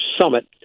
Summit